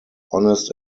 honest